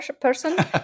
person